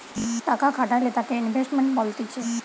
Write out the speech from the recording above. টাকা খাটাইলে তাকে ইনভেস্টমেন্ট বলতিছে